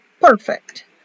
perfect